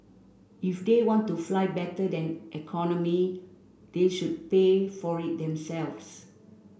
if they want to fly better than economy they should pay for it themselves